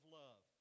love